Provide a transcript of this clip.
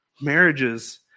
marriages